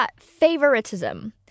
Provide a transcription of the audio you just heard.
favoritism